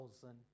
thousand